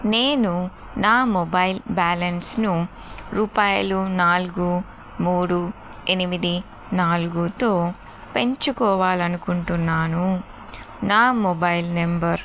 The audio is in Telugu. నేను నా మొబైల్ బ్యాలన్స్ను రూపాయలు నాలుగు మూడు ఎనిమిది నాలుగుతో పెంచుకోవాలనుకుంటున్నాను నా మొబైల్ నంబర్